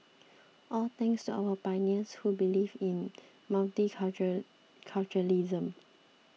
all thanks our pioneers who believed in multi culture